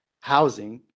Housing